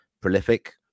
prolific